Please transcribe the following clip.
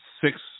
six